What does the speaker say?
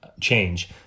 change